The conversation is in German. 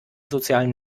sozialen